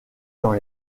dans